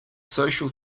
social